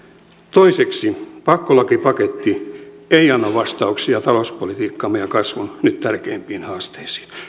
toiseksi pakkolakipaketti ei anna vastauksia talouspolitiikkamme ja kasvun nyt tärkeimpiin haasteisiin